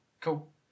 Cool